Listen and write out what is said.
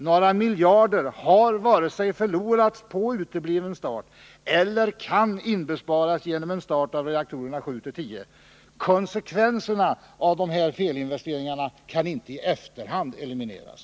Några miljarder har varken förlorats på utebliven start eller kan inbesparas genom start av reaktorerna 7-10! Konsekvenserna av dessa felinvesteringar kan inte i efterhand elimineras.